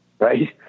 Right